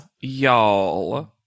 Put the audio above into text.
Y'all